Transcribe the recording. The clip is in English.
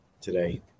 today